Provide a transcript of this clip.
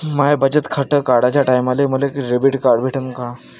माय बचत खातं काढाच्या टायमाले मले डेबिट कार्ड भेटन का?